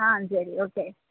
ஆ சரி ஓகே